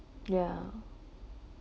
ya